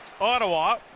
Ottawa